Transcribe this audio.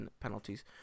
penalties